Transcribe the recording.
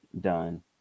done